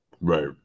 Right